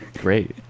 great